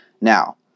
Now